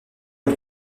une